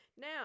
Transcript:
Now